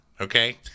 okay